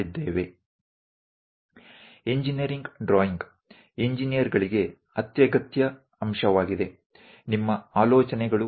ઇજનેરો engineer engineers માટે engineering drawing એ આવશ્યક ભાગ ઘટક છે